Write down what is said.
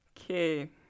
Okay